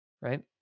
right